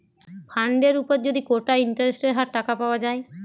ফান্ডের উপর যদি কোটা ইন্টারেস্টের হার টাকা পাওয়া যায়